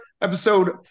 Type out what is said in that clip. episode